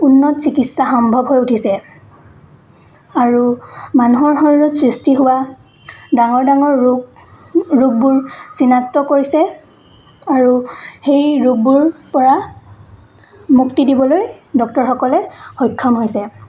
উন্নত চিকিৎসা সম্ভৱ হৈ উঠিছে আৰু মানুহৰ শৰীৰত সৃষ্টি হোৱা ডাঙৰ ডাঙৰ ৰোগ ৰোগবোৰ চিনাক্ত কৰিছে আৰু সেই ৰোগবোৰ পৰা মুক্তি দিবলৈ ডক্টৰসকলে সক্ষম হৈছে